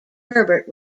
herbert